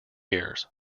years